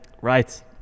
Right